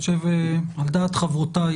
אני חושב על דעת חברותיי,